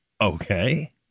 okay